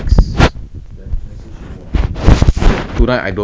four men four men rape my bum hole I de-skilled